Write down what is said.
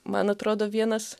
man atrodo vienas